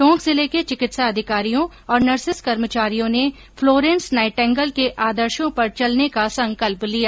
टोंक जिले के चिकित्सा अधिकारियों और नर्सेस कर्मचारियों ने प्लोरेंस नाईटेंगल के आदर्शो पर चलने का संकल्प लिया